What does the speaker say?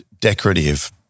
decorative